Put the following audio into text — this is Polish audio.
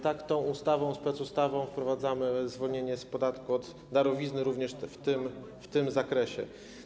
Tak, tą ustawą, specustawą wprowadzamy zwolnienie z podatku od darowizny również w tym zakresie.